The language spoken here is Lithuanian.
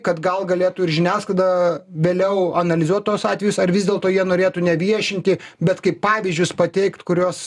kad gal galėtų ir žiniasklaida vėliau analizuot tuos atvejus ar vis dėlto jie norėtų neviešinti bet kaip pavyzdžius pateikt kuriuos